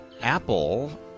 apple